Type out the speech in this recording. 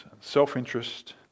self-interest